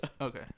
Okay